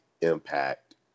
impact